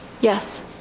Yes